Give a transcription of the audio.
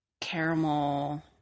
caramel